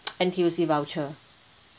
N_T_U_C voucher